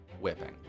whipping